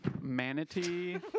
manatee